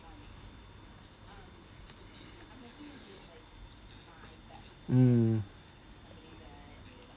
mm